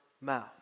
mouth